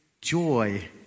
joy